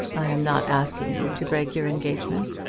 i am not asking you to break your engagement.